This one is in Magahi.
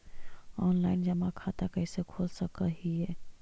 ऑनलाइन जमा खाता कैसे खोल सक हिय?